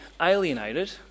alienated